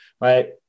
right